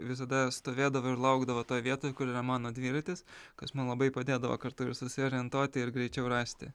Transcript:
visada stovėdavo ir laukdavo toj vietoj kur yra mano dviratis kas man labai padėdavo kartu ir susiorientuoti ir greičiau rasti